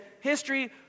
history